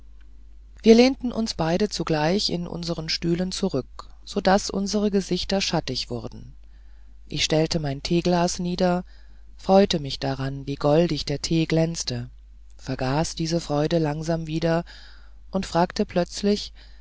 wir lehnten uns beide zugleich in unseren stühlen zurück so daß unsere gesichter schattig wurden ich stellte mein teeglas nieder freute mich daran wie goldig der tee glänzte vergaß diese freude langsam wieder und fragte plötzlich